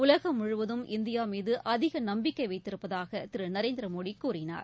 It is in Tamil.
உலகம் முழுவதும் இந்தியா மீது அதிக நம்பிக்கை வைத்திருப்பதாக திரு நரேந்திர மோடி கூறினார்